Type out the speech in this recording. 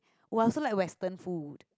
was also like western food